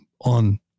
on